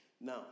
Now